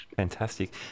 Fantastic